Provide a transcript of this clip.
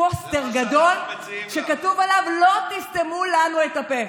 פוסטר גדול שכתוב עליו: לא תסתמו לנו את הפה.